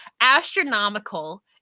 astronomical